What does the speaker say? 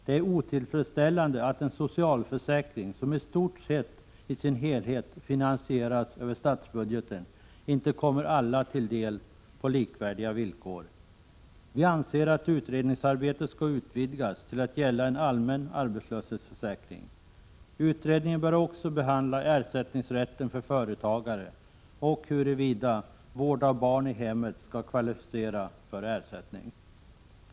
Det är otillfredsställande att en socialförsäkring som i stort sett i sin helhet finansieras över statsbudgeten inte kommer alla till del på likvärdiga villkor. Vi anser att utredningsarbetet skall utvidgas till att gälla en allmän arbetslöshetsförsäkring. Utredningen bör också behandla ersättningsrätten för företagare och huruvida vård av barn i hemmet skall kvalificera för ersättning.